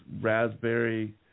raspberry